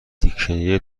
دیکشنری